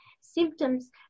symptoms